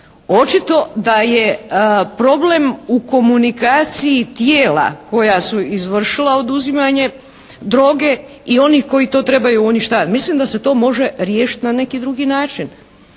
očito da je problem u komunikaciji tijela koja su izvršila oduzimanje droge i onih koji to trebaju uništavati. Mislim da se to može riješiti na neki drugi način.